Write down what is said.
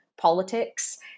politics